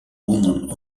woman